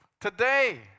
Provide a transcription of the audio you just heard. today